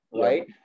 right